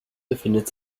befindet